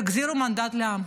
תחזירו את המנדט לעם.